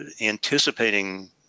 anticipating